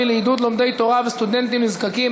לעידוד לומדי תורה וסטודנטים נזקקים,